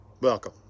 welcome